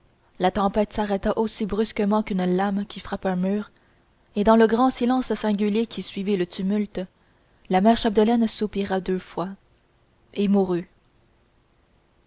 la tempête s'arrêta aussi brusquement qu'une lame qui frappe un mur et dans le grand silence singulier qui suivit le tumulte la mère chapdelaine soupira deux fois et mourut